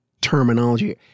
terminology